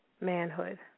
manhood